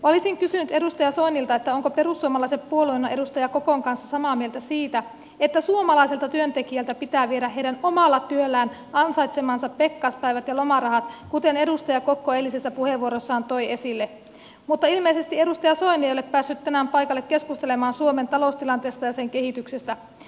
olisin kysynyt edustaja soinilta onko perussuomalaiset puolueena edustaja kokon kanssa samaa mieltä siitä että suomalaiselta työntekijältä pitää viedä heidän omalla työllään ansaitsemansa pekkaspäivät ja lomarahat kuten edustaja kokko eilisessä puheenvuorossaan toi esille mutta ilmeisesti edustaja soini ei ole päässyt tänään paikalle keskustelemaan suomen taloustilanteesta ja sen kehityksestä